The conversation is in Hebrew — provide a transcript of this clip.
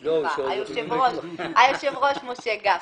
סליחה, היושב ראש משה גפני.